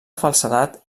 falsedat